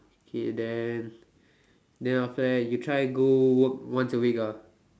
okay then then after that you try go work once a week ah